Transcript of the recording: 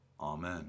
Amen